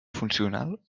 funcional